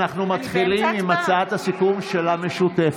אנחנו מתחילים בהצבעה על הצעת הסיכום של הרשימה המשותפת.